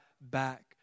back